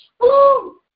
Woo